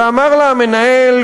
ואמר לה המנהל,